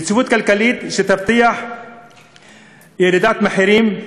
יציבות כלכלית שתבטיח ירידת מחירים,